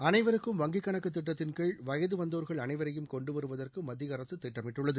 அனைவருக்கும் வங்கிக் கணக்கு திட்டத்திள்கீழ் வயது வந்தோர்கள் அனைவரையும் கொண்டுவருவதற்கு மத்திய அரசு திட்டமிட்டுள்ளது